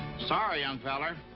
sorry, young feller.